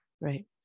right